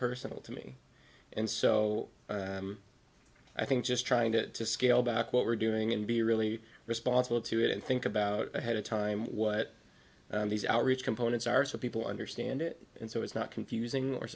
personal to me and so i think just trying to scale back what we're doing and be really responsible to it and think about ahead of time what these outreach components are so people understand it and so it's not confusing or